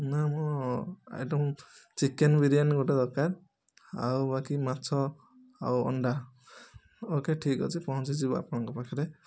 ନା ମୋ item chicken biryani ଗୋଟେ ଦରକାର ଆଉ ବାକି ମାଛ ଆଉ ଅଣ୍ଡା ଓ କେ ଠିକ ଅଛି ପହଞ୍ଚିଯିବ ଆପଣଙ୍କ ପାଖରେ